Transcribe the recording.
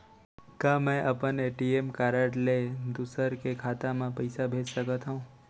का मैं अपन ए.टी.एम कारड ले दूसर के खाता म पइसा भेज सकथव?